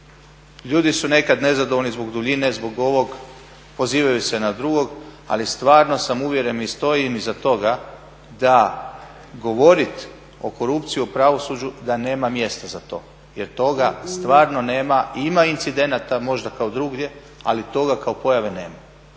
ljudi su nekad nezadovoljni zbog duljine, zbog ovog, pozivaju se na drugog ali stvarno sam uvjeren i stojim iza toga da govorit o korupciji u pravosuđu da nema mjesta za to. Jer toga stvarno nema, ima incidenata možda kao drugdje ali toga kao pojave nema.